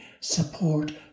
support